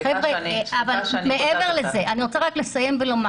סליחה שאני קוטעת אותך -- אני רק רוצה לסיים ולומר